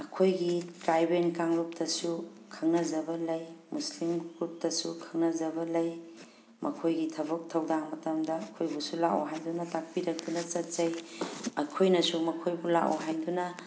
ꯑꯩꯈꯣꯏꯒꯤ ꯇ꯭ꯔꯥꯏꯕꯦꯜ ꯀꯥꯡꯂꯨꯞꯇꯁꯨ ꯈꯪꯅꯖꯕ ꯂꯩ ꯃꯨꯁꯂꯤꯝ ꯒ꯭ꯔꯨꯞꯇꯁꯨ ꯈꯪꯅꯖꯕ ꯂꯩ ꯃꯈꯣꯏꯒꯤ ꯊꯕꯛ ꯊꯧꯗꯥꯡ ꯃꯇꯝꯗ ꯑꯩꯈꯣꯏꯕꯨꯁꯨ ꯂꯥꯛꯑꯣ ꯍꯥꯏꯗꯨꯅ ꯇꯥꯛꯄꯤꯔꯛꯇꯨꯅ ꯆꯠꯆꯩ ꯑꯩꯈꯣꯏꯅꯁꯨ ꯃꯈꯣꯏꯕꯨ ꯂꯥꯛꯑꯣ ꯍꯥꯏꯗꯨꯅ